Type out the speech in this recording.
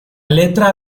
letra